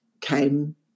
came